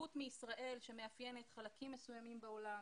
התרחקות מישראל שמאפיינת חלקים מסוימים בעולם,